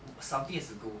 something has to go